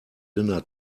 dinner